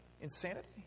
insanity